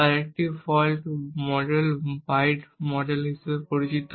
আরেকটি fault model byte fault model হিসাবে পরিচিত